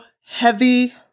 heavy